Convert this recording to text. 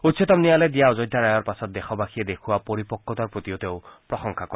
উচ্চতম ন্যায়ালয়ে দিয়া অযোধ্যা ৰায়ৰ পাছত দেশবাসীয়ে দেখুওৱা পৰিপক্বতাৰ প্ৰতিও তেওঁ প্ৰশংসা কৰে